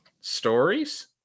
stories